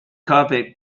carpet